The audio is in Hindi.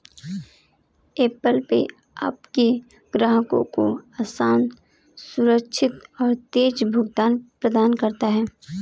ऐप्पल पे आपके ग्राहकों को आसान, सुरक्षित और तेज़ भुगतान प्रदान करता है